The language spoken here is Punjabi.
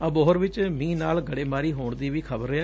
ਅਬੋਰਹ 'ਚ ਮੀ ਨਾਲ ਗੜੇਮਾਰੀ ਹੋਣ ਦੀ ਵੀ ਖਬਰ ਐ